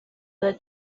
the